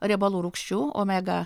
riebalų rūgščių omega